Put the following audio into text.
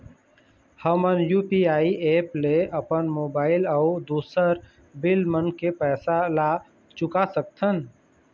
हमन UPI app ले अपन मोबाइल अऊ दूसर बिल मन के पैसा ला चुका सकथन